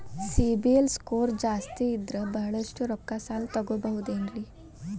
CIBIL score ಜಾಸ್ತಿ ಇದ್ರ ಬಹಳಷ್ಟು ರೊಕ್ಕ ಸಾಲ ತಗೋಬಹುದು ಏನ್ರಿ?